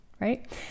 right